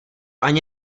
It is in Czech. ani